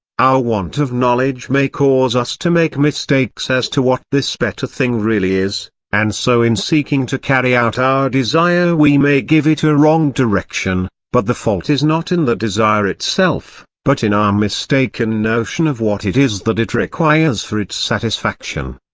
our want of knowledge may cause us to make mistakes as to what this better thing really is, and so in seeking to carry out our desire we may give it a wrong direction but the fault is not in the desire itself, but in our mistaken notion of what it is that it requires for its satisfaction.